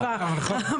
תודה.